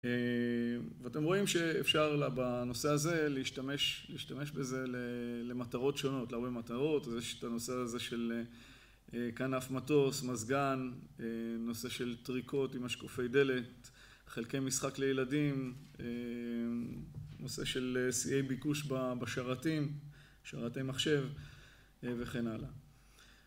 ואתם רואים שאפשר בנושא הזה להשתמש בזה למטרות שונות, להרבה מטרות. יש את הנושא הזה של כנף מטוס, מזגן, נושא של טריקות עם משקופי דלת, חלקי משחק לילדים, נושא של שיאי ביקוש בשרתים, שרתי מחשב וכן הלאה.